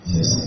Yes